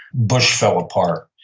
bush fell apart.